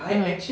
mm